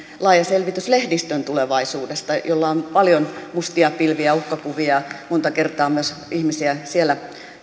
laaja selvitys lehdistön tulevaisuudesta jolla on paljon mustia pilviä uhkakuvia monta kertaa myös ihmisiä siellä